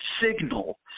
Signal